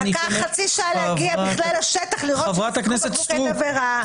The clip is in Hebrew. לקח חצי שעה להגיע לשטח לראות שזרקו בקבוקי תבערה,